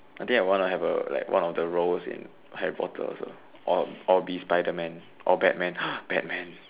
I think I wanna have a like one of the roles in Harry-Potter also or or be Spiderman or Batman Batman